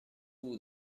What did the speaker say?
vous